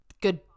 good